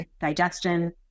digestion